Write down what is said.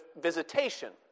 visitation